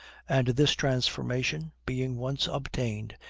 and this transformation, being once obtained,